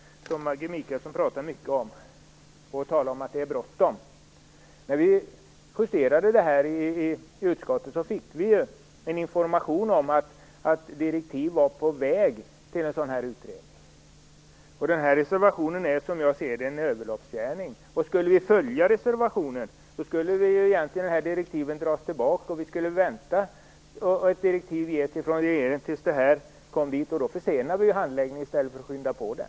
Hon sade att det är bråttom. När vi justerade betänkandet i utskottet fick vi en information om att direktiv var på väg till en sådan utredning. Denna reservation är som jag ser det en överloppsgärning. Om vi skulle följa reservationen borde egentligen direktiven dras tillbaka. Vi skulle då få vänta tills direktiv ges till regeringen, och då försenar vi handläggningen i stället för att skynda på den.